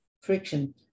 friction